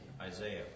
Isaiah